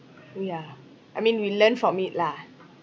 yeah I mean we learnt from it lah